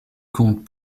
compte